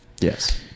Yes